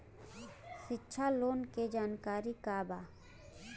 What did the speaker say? शिक्षा लोन के जानकारी का बा?